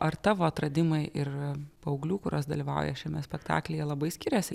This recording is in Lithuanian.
ar tavo atradimai ir paauglių kurios dalyvauja šiame spektaklyje labai skyrėsi